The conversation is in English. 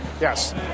Yes